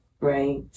right